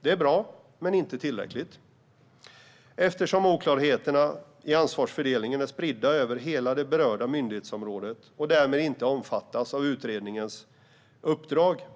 Det är bra, men inte tillräckligt, eftersom oklarheterna i ansvarsfördelningen är spridda över hela det berörda myndighetsområdet och därmed inte omfattas av utredningens uppdrag.